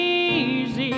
easy